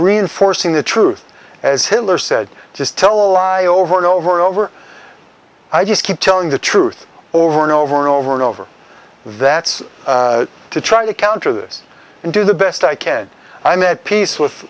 reinforcing the truth as hitler said just tell a lie over and over and over i just keep telling the truth over and over and over and over that's to try to counter this and do the best i can i met peace with